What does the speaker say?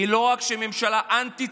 לא רק שהיא ממשלה אנטי-ציונית,